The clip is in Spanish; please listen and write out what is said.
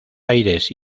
aires